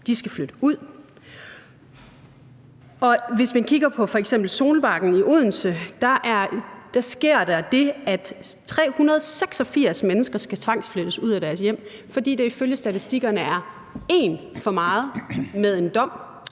de skal flytte ud. Hvis man kigger på f.eks. Solbakken i Odense, sker der det, at 386 mennesker skal tvangsflyttes ud af deres hjem, fordi der ifølge statistikkerne er én for meget med en dom